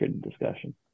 discussion